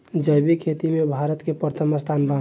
जैविक खेती में भारत के प्रथम स्थान बा